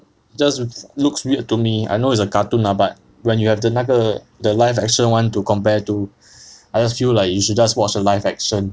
just looks weird to me I know is a cartoon lah but when you have the 那个 the live action [one] to compare to I just feel like you should just watch the live action